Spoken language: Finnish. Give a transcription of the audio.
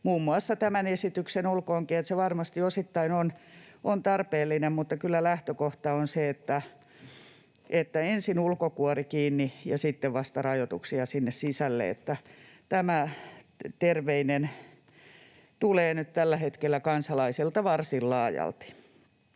muun muassa tämän esityksen, olkoonkin, että se varmasti osittain on tarpeellinen. Kyllä lähtökohta on se, että ensin ulkokuori kiinni ja sitten vasta rajoituksia sinne sisälle — kansalaisilta tulee nyt nämä terveiset tällä hetkellä varsin laajalti.